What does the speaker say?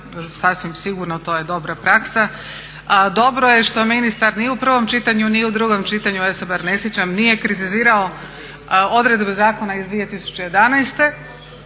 Sasvim sigurno to je dobra praksa. Dobro je što ministar ni u prvom čitanju, ni u drugom čitanju, ja se bar ne sjećam, nije kritizirao odredbe zakona iz 2011.